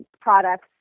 products